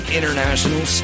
International